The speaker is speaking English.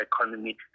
economy